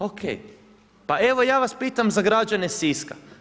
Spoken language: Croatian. Ok, pa evo ja vas pitam za građane Siska.